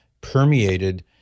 permeated